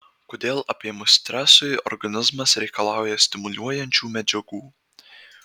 kodėl apėmus stresui organizmas reikalauja stimuliuojančių medžiagų